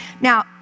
Now